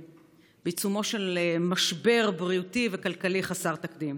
בעיצומו של משבר בריאותי וכלכלי חסר תקדים.